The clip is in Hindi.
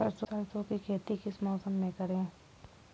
सरसों की खेती किस मौसम में करें?